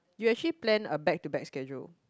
you actually plan a back to back schedule